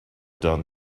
done